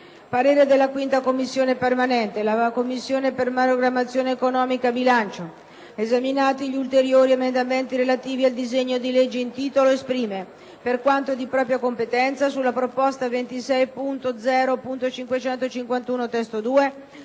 parere non ostativo». «La Commissione programmazione economica, bilancio, esaminati gli ulteriori emendamenti relativi al disegno di legge in titolo, esprime, per quanto di propria competenza, sulla proposta 26.0.551 (testo 2)